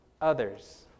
others